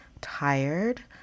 tired